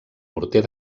morter